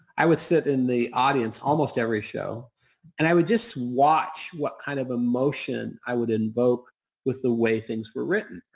i would sit in the audience almost every show and i would just watch what kind of emotion i would invoke with the way things were written.